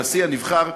הנשיא הנבחר,